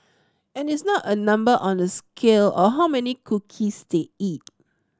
and it's not a number on a scale or how many cookies they eat